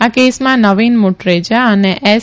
આ કેસમાં નવીન મુટરેજા અને એસ